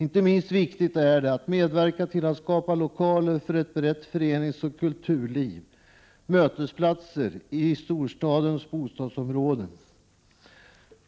Inte minst viktigt är det att medverka till att skapa lokaler för ett brett föreningsoch kulturliv,